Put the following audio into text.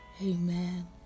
amen